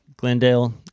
Glendale